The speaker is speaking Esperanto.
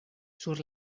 sur